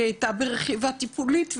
היא הייתה ברכיבה טיפולית,